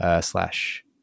slash